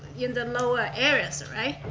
in the lower areas, right?